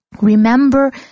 Remember